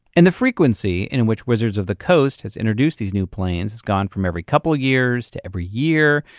and the frequency in which wizards of the coast has introduced these new planes has gone from every couple of years to every year,